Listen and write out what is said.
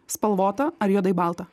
spalvota ar juodai balta